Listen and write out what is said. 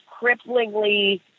cripplingly